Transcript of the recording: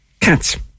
cats